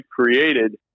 created